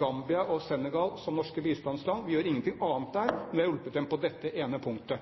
Gambia og Senegal som norske bistandsland. Vi gjør ikke noe annet der, men vi har hjulpet dem på dette ene punktet.